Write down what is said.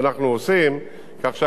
זה נוסף על צומת להבים הקיים?